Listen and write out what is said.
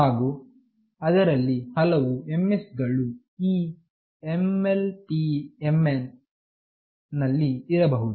ಹಾಗು ಅದರಲ್ಲಿ ಹಲವು MS ಗಳು ಈ PLMN ನಲ್ಲಿ ಇರಬಹುದು